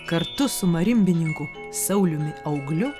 kartu su marimbininku sauliumi augliu